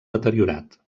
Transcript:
deteriorat